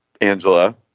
Angela